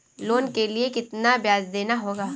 Loan के लिए कितना ब्याज देना होगा?